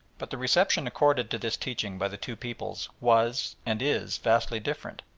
but the reception accorded to this teaching by the two peoples was, and is, vastly different,